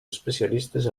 especialistes